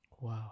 Wow